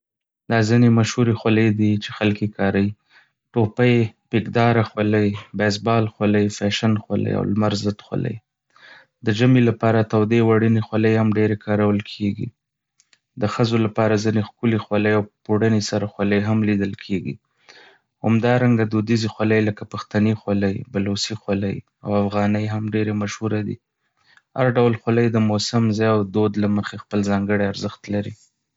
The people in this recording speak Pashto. دا ځینې مشهورې خولۍ دي چې خلک یې کاروي: ټوپۍ، پېک داره خولۍ، بېس بال خولۍ، فیشن خولۍ، او لمر ضد خولۍ. د ژمي لپاره تودې وړينې خولۍ هم ډېرې کارول کېږي. د ښځو لپاره ځینې ښکلي خولۍ، او پوړني سره خولۍ هم لیدل کېږي. همدارنګه، دودیزې خولۍ لکه پښتني خولۍ، بلوڅي خولۍ، او افغانۍ هم ډېرې مشهوره دي. هر ډول خولۍ د موسم، ځای، او دود له مخې خپل ځانګړی ارزښت لري.